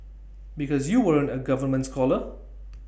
because you weren't A government scholar